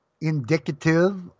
indicative